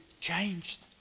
changed